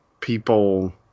people